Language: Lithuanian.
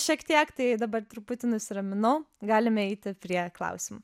šiek tiek tai dabar truputį nusiraminau galime eiti prie klausimų